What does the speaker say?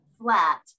flat